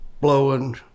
blowing